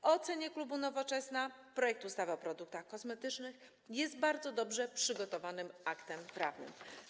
W ocenie klubu Nowoczesna projekt ustawy o produktach kosmetycznych jest bardzo dobrze przygotowanym aktem prawnym.